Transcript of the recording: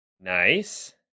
Nice